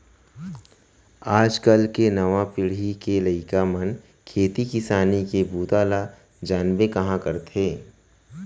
आज काल के नवा पीढ़ी के लइका मन खेती किसानी के बूता ल जानबे कहॉं करथे